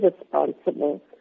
responsible